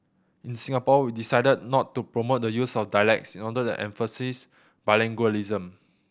in Singapore we decided not to promote the use of dialects in order to emphasise bilingualism